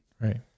right